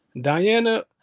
Diana